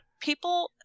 People